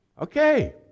Okay